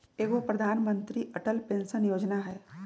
एगो प्रधानमंत्री अटल पेंसन योजना है?